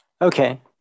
Okay